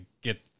get